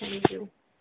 جی او